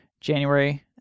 january